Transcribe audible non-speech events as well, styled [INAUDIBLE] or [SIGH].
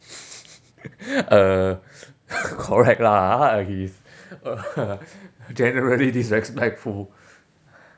[LAUGHS] uh correct lah ah he's uh generally disrespectful